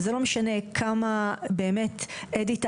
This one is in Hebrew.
וזה לא משנה כמה באמת אדית,